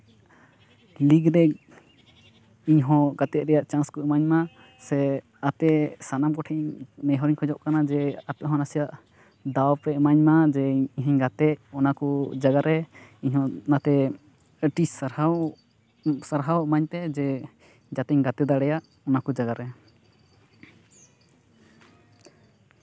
league ᱨᱮᱧ ᱤᱧ ᱦᱚᱸ ᱜᱟᱛᱮᱜ ᱨᱮᱭᱟᱜ ᱪᱟᱱᱥ ᱠᱚ ᱤᱢᱟᱹᱧ ᱢᱟ ᱥᱮ ᱟᱯᱮ ᱥᱟᱱᱟᱢ ᱠᱚᱴᱷᱮᱱ ᱤᱧ ᱱᱮᱦᱚᱨᱤᱧ ᱠᱷᱚᱡᱚᱜ ᱠᱟᱱᱟ ᱡᱮ ᱟᱯᱮ ᱦᱚᱸ ᱱᱟᱥᱮᱭᱟᱜ ᱫᱟᱣ ᱯᱮ ᱤᱢᱟᱹᱧ ᱢᱟ ᱡᱮ ᱤᱧᱦᱩᱧ ᱜᱟᱛᱮ ᱚᱱᱟ ᱠᱚ ᱡᱟᱭᱜᱟ ᱨᱮ ᱤᱧ ᱦᱚᱸ ᱱᱟᱛᱮ ᱟᱹᱰᱤ ᱥᱟᱨᱦᱟᱣ ᱥᱟᱨᱦᱟᱣ ᱤᱢᱟᱹᱧ ᱯᱮ ᱡᱮ ᱡᱟᱛᱮᱧ ᱜᱟᱛᱮ ᱫᱟᱲᱮᱭᱟᱜ ᱚᱱᱟ ᱠᱚ ᱡᱟᱭᱜᱟ ᱨᱮ